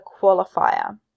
qualifier